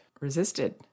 resisted